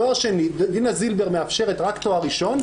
דינה זילבר מאפשרת רק תואר ראשון.